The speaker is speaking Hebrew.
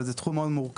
אבל זה תחום מאוד מורכב.